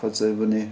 ꯐꯖꯕꯅꯦ